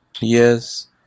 yes